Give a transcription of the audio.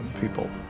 people